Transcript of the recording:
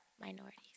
minorities